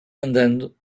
andando